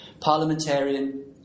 parliamentarian